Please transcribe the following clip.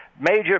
Major